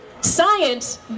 Science